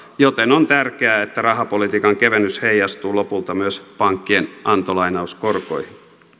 joten on tärkeää että rahapolitiikan kevennys heijastuu lopulta myös pankkien antolainauskorkoihin